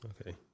Okay